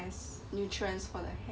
has nutrients for like hair